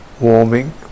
warming